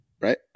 right